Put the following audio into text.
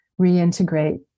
reintegrate